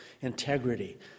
integrity